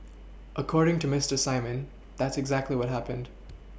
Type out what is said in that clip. according to Mister Simon that's exactly what happened